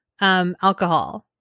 alcohol